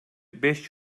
beş